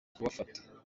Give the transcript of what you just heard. kubafata